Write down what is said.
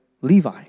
Levi